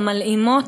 המתלהמות,